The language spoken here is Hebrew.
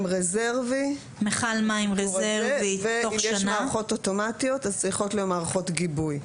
רזרבי ואם יש מערכות אוטומטיות אז צריכות להיות מערכות גיבוי,